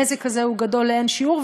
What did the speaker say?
הנזק הזה הוא גדול לאין שיעור,